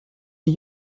die